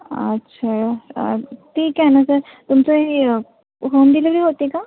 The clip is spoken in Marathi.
अच्छा ठीक आहे ना सर तुमची होम डिलिव्हरी होते का